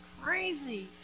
Crazy